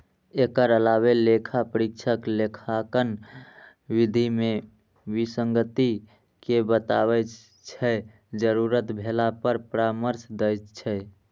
एकर अलावे लेखा परीक्षक लेखांकन विधि मे विसंगति कें बताबै छै, जरूरत भेला पर परामर्श दै छै